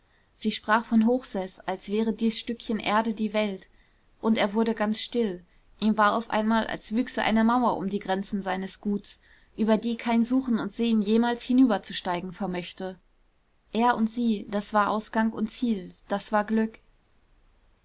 sie sprach von hochseß als wäre dies stückchen erde die welt und er wurde ganz still ihm war auf einmal als wüchse eine mauer um die grenzen seines guts über die kein suchen und sehnen jemals hinüber zu steigen vermöchte er und sie das war ausgang und ziel das war glück